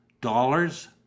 Dollars